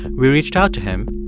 we reached out to him,